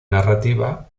narrativa